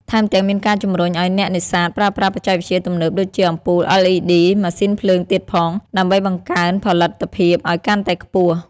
ថែមទាំងមានការជំរុញឱ្យអ្នកនេសាទប្រើប្រាស់បច្ចេកវិទ្យាទំនើបដូចជាអំពូល LED ម៉ាស៊ីនភ្លើងទៀតផង ដើម្បីបង្កើនផលិតភាពអោយកាន់តែខ្ពស់។